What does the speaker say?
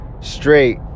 straight